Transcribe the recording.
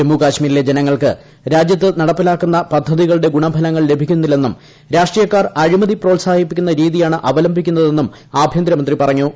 ജമ്മു കാശ്മീരിലെ ജനങ്ങൾക്ക് രാജ്യത്ത് നടപ്പിലാക്കുന്ന് പദ്ധതികളുടെ ഗുണഫലങ്ങൾ ലഭിക്കുന്നില്ലെന്നും രാഷ്ട്രീയക്കാർ അഴിമതി പ്രോത്സാഹിപ്പിക്കുന്ന രീതിയാണ് അവലംബിക്കുന്നതെന്നും ആഭ്യന്തരമന്ത്രി പറഞ്ഞു